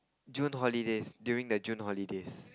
June holidays during the June holidays